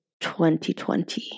2020